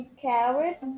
carrot